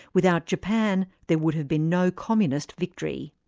without japan there would have been no communist victory.